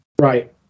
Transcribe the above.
Right